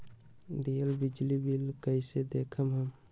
दियल बिजली बिल कइसे देखम हम?